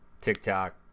TikTok